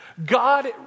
God